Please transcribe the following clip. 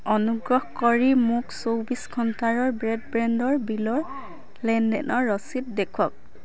অনুগ্ৰহ কৰি মোক চৌবিছ ঘণ্টাৰৰ ব্ৰে'ডবেণ্ডৰ বিলৰ লেনদেনৰ ৰচিদ দেখুৱাওক